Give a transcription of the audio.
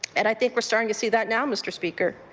and i think we're starting to see that now, mr. speaker.